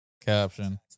caption